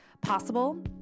possible